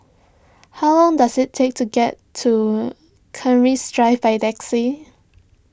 how long does it take to get to Keris Drive by taxi